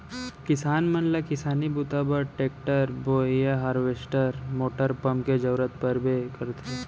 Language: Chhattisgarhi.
किसान मन ल किसानी बूता बर टेक्टर, बोरए हारवेस्टर मोटर पंप के जरूरत परबे करथे